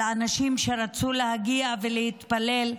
באנשים שרצו להגיע ולהתפלל,